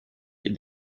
est